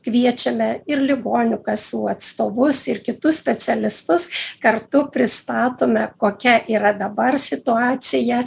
kviečiame ir ligonių kasų atstovus ir kitus specialistus kartu pristatome kokia yra dabar situacija